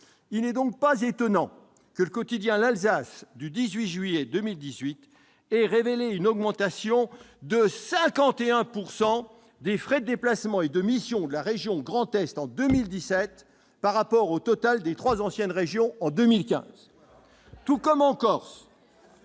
Il n'est donc pas étonnant que le quotidien du 18 juillet 2018 ait révélé une augmentation de 51 % des frais de déplacement et de mission de la région Grand Est en 2017 par rapport au total des trois anciennes régions en 2015. Et voilà ! Tout